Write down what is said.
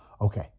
Okay